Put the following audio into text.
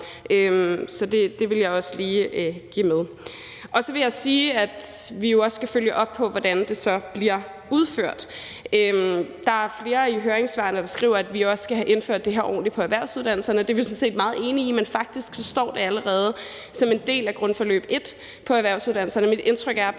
Så det vil jeg også lige tilføje. Så vil jeg sige, at vi jo også skal følge op på, hvordan det så bliver udført. Der er flere høringssvar, hvor man skriver, at vi også skal have indført det her ordentligt på erhvervsuddannelserne. Det er vi sådan set meget enige i, men rent faktisk står det allerede som en del af grundforløb 1 på erhvervsuddannelserne. Mit indtryk er bare,